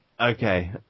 Okay